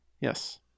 Yes